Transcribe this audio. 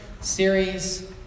series